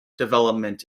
development